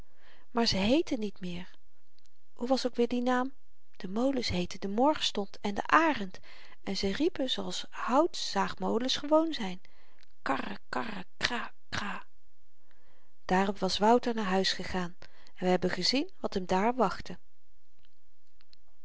maar ze heetten niet meer hoe was ook weer die naam die molens heetten d'morgenstond en den arend en zy riepen zooals houtzaagmolens gewoon zyn karre karre kra kra daarop was wouter naar huis gegaan en we hebben gezien wat hem daar wachtte